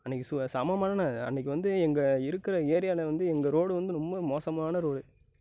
அன்றைக்கு சு செம மழைண்ணே அன்றைக்கு வந்து எங்க இருக்கிற ஏரியாவில் வந்து எங்க ரோடு வந்து ரொம்ப மோசமான ரோடு